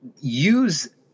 use